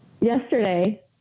yesterday